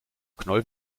knoll